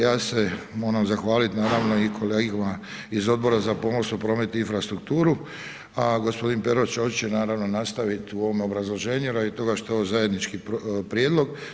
Ja se moram zahvaliti i kolegama iz Odbora za pomorstvo, promet i infrastrukturu, a gospodin Pero Ćosić će nastaviti u ovom obrazloženju radi toga što je ovo zajednički prijedlog.